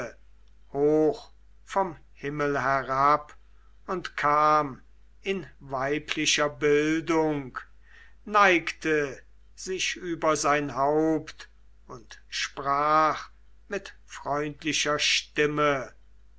hoch vom himmel herab und kam in weiblicher bildung neigte sich über sein haupt und sprach mit freundlicher stimme